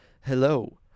hello